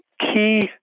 key